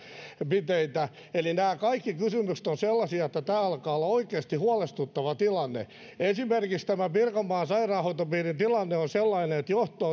eli nämä kaikki kysymykset ovat sellaisia että tämä alkaa olla oikeasti huolestuttava tilanne esimerkiksi tämä pirkanmaan sairaanhoitopiirin tilanne on sellainen että johto